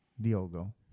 Diogo